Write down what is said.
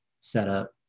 setup